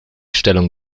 stellung